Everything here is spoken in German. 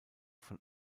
von